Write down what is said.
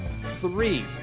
Three